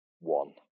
one